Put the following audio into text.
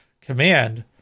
command